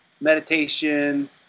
meditation